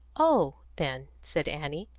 oh, then, said annie,